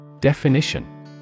Definition